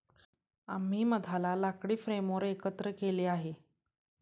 आम्ही मधाला लाकडी फ्रेमवर एकत्र केले आहे